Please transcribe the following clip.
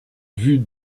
vue